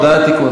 תודה על התיקון.